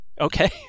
Okay